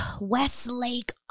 Westlake